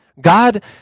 God